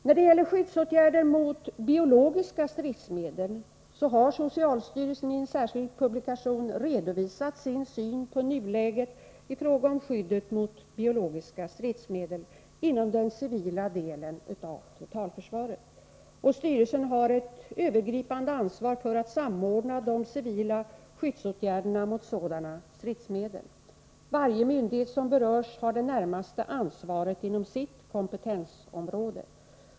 När det gäller skyddsåtgärder mot biologiska stridsmedel har socialstyrelsen i en särskild publikation redovisat sin syn på nuläget i fråga om skyddet mot biologiska stridsmedel inom den civila delen av totalförsvaret. Styrelsen har ett övergripande ansvar för att samordna de civila skyddsåtgärderna mot sådana stridsmedel. Varje myndighet som berörs har det närmaste ansvaret inom sitt kompetensområde.